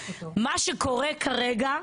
מה שקורה כרגע,